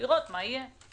לראות מה יהיה.